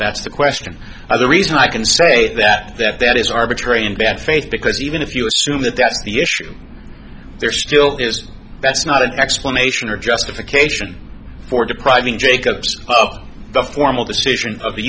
that's the question or the reason i can say that that that is arbitrary in bad faith because even if you assume that that's the issue there still is that's not an explanation or justification for depriving jacobs oh the formal decision of the